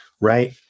right